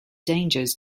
dangers